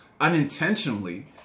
unintentionally